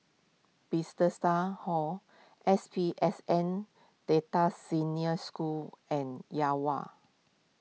Bethesda Hall S P S N Delta Senior School and Yuhua